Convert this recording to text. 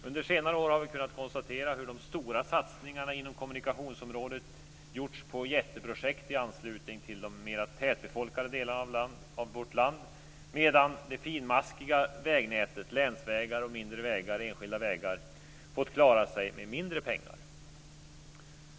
Under senare år har vi kunnat konstatera hur de stora satsningarna inom kommunikationsområdet gjorts på jätteprojekt i anslutning till de mer tätbefolkade delarna av vårt land medan det finmaskiga vägnätet - länsvägar, mindre vägar och enskilda vägar - fått klara sig med mindre pengar.